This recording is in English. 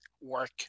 work